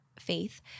faith